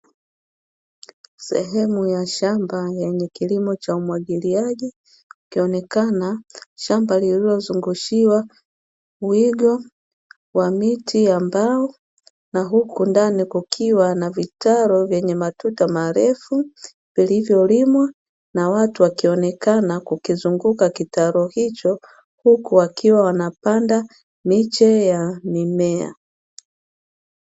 Sehemu ya shamba yenye kilimo cha umwagiliaji, ukionekana shamba lililozungushiwa wigo wa miti ya mbao, na huku ndani kukiwa na vitalu vyenye matuta marefu, vilivyolimwa na watu wakionekana kukizunguka kitalu hicho huku wakiwa wanapanda miche ya mimea.